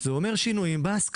זה כן אומר שינויים בהסכמה.